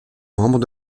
membres